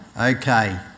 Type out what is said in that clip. Okay